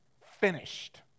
finished